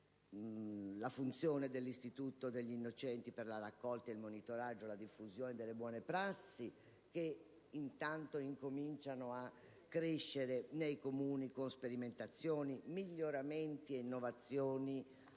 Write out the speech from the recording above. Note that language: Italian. la funzione dell'Istituto degli innocenti per la raccolta, il monitoraggio, la diffusione delle buone prassi, che intanto incominciano a crescere nei Comuni con sperimentazioni, miglioramenti ed innovazioni